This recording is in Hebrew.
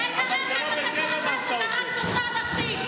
מה עם הרכב הזה שדרס שלושה אנשים?